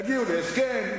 יגיעו להסכם,